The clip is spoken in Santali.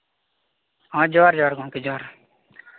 ᱦᱮᱸ ᱡᱚᱦᱟᱨ ᱡᱚᱦᱟᱨ ᱜᱚᱢᱠᱮ ᱡᱚᱦᱟᱨ ᱡᱚᱦᱟᱨ